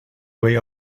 way